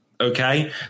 Okay